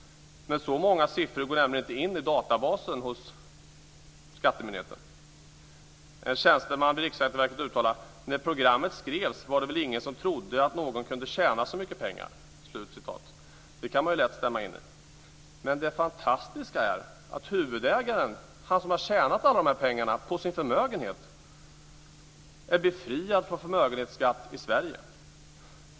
Men så många siffror går inte in i databasen hos skattemyndigheten. En tjänsteman vid Riksskatteverket uttalade att när programmet skrevs var det väl ingen som trodde att någon kunde tjäna så mycket pengar. Det kan man lätt stämma in i. Men det fantastiska är att huvudägaren, han som har tjänat alla pengarna på sin förmögenhet, är befriad från förmögenhetsskatt i Sverige.